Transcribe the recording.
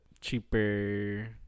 cheaper